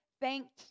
thanked